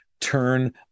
turn